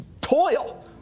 toil